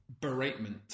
beratement